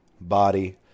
body